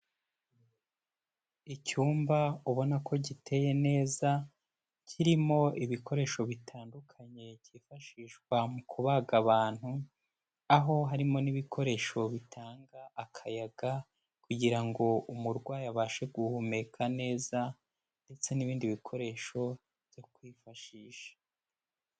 Icyumba ubona ko giteye neza kirimo ibikoresho bitandukanye byifashishwa mu kubaga abantu, aho harimo n'ibikoresho bitanga akayaga kugira ngo umurwayi abashe guhumeka neza ndetse n'ibindi bikoresho byo kwifashisha.